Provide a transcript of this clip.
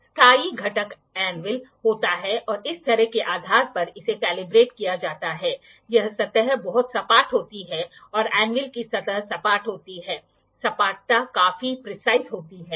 स्थायी घटक एन्विल होता है और इस सतह के आधार पर इसे कैलिब्रेट किया जाता है यह सतह बहुत सपाट होती है और एन्विल की सतह सपाट होती है सपाटता काफी प्रीसैझ होती है